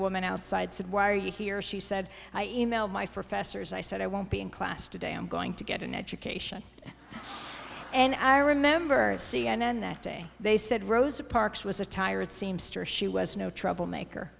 woman outside said why are you here she said i e mailed my for festers i said i won't be in class today i'm going to get an education and i remember c n n that day they said rosa parks was a tired seamstress she was no trouble maker